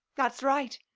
that's right.